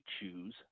choose